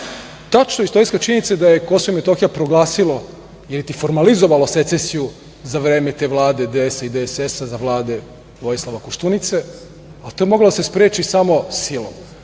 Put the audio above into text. istorijska činjenica da je Kosovo i Metohiju proglasilo ili formalizovalo secesiju za vreme te Vlade DS-a i DSS-a za Vlade Vojislava Koštunice, a to je moglo da se spreči samo silom.